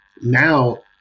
Now